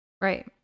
Right